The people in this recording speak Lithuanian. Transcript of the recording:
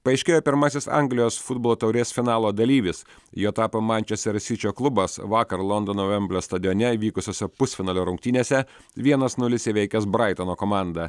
paaiškėjo pirmasis anglijos futbolo taurės finalo dalyvis juo tapo mančester sičio klubas vakar londono vemblio stadione vykusiose pusfinalio rungtynėse vienas nulis įveikęs braitono komandą